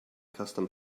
custom